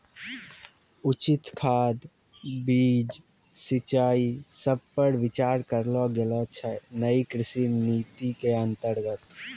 उचित खाद, बीज, सिंचाई सब पर विचार करलो गेलो छै नयी कृषि नीति के अन्तर्गत